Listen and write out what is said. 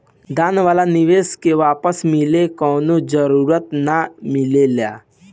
दान वाला निवेश के वापस मिले कवनो जरूरत ना मिलेला